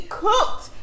cooked